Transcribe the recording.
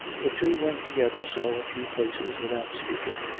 the two went together so a few paces, without speaking.